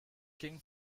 king